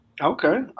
okay